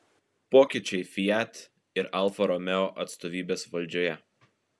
pokyčiai fiat ir alfa romeo atstovybės valdžioje